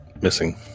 Missing